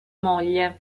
moglie